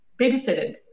babysitted